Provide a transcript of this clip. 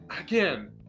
again